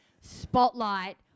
spotlight